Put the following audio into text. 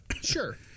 sure